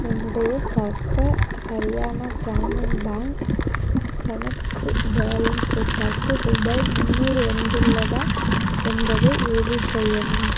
என்னுடைய சர்வ ஹரியானா கிராமின் பேங்க் கணக்கு பேலன்ஸை பார்த்து ரூபாய் முந்நூறு வந்துள்ளதா என்பதை உறுதி செய்யவும்